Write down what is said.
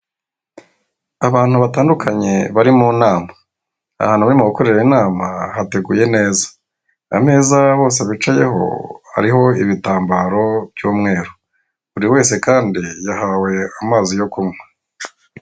Abantu batandukanye bari mu nama ahantu barimo gukorera inama hateguye neza, ameza bose bicayeho ariho ibitambaro by'umweru buri wese kandi yahawe amazi yo kunywa.